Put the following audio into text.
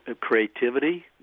creativity